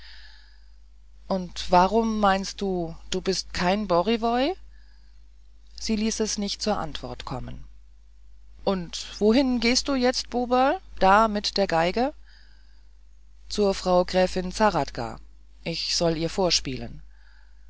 und warum meinst du bist du kein boriwoj sie ließ es nicht zur antwort kommen und wohn gehst du jetzt buberl da mit der geige zur frau gräfin zahradka ich soll ihr vorspielen